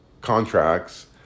contracts